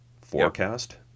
Forecast